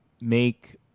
make